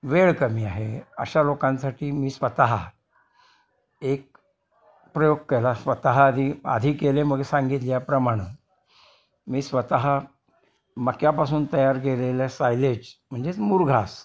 वेळ कमी आहे अशा लोकांसाठी मी स्वतः एक प्रयोग केला स्वतः आधी आधी केले मग सांगितले या प्रमाणं मी स्वतः मक्यापासून तयार केलेल्या सायलेज म्हणजेच मुरघास